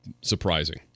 surprising